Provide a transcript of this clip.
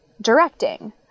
directing